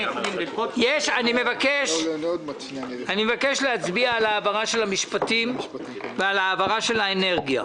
אני מבקש להצביע על הבקשה של משרד המשפטים ועל הבקשה של משרד האנרגיה,